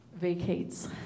vacates